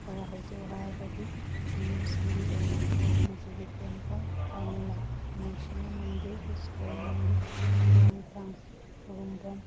ꯈꯔ ꯍꯥꯏꯖꯩ ꯍꯥꯏꯔꯒꯗꯤ ꯍꯤꯟꯗꯨꯁꯤꯡꯒꯤ ꯑꯣꯏꯅ ꯒꯣꯕꯤꯟꯗꯖꯤꯒꯤ ꯇꯦꯝꯄꯜ ꯀꯪꯂꯥ ꯅꯔꯁꯤꯡꯍꯥ ꯃꯟꯗꯤꯔ ꯏꯁꯀꯣꯟ ꯃꯟꯗꯤꯔ ꯍꯤꯌꯥꯡꯊꯥꯡ ꯈꯨꯔꯨꯝꯐꯝ